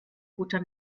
futter